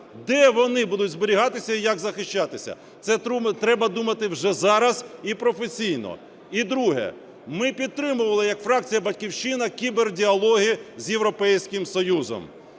Де вони будуть зберігатися і як захищатися? Це треба думати вже зараз і професійно. І друге. Ми підтримували як фракція "Батьківщина" кібердіалоги з Європейським Союзом.